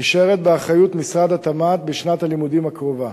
נשארת באחריות משרד התמ"ת בשנת הלימודים הקרובה.